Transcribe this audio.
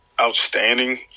outstanding